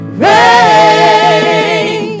rain